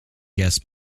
guests